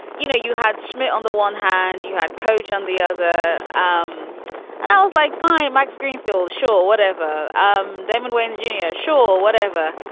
you know, you had schmidt on the one hand, you had coach on the other. um and i was like, fine. max greenfield. sure. whatever. um damon wayans, junior, sure, whatever.